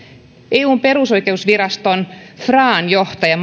eun perusoikeusviraston fran johtaja